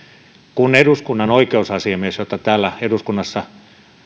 kun eduskunnan oikeusasiamies jota täällä eduskunnassa